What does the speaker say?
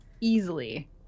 easily